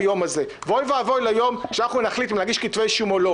זה בעיניי לבד מספיק כדי לקבל את החסינות המהותית.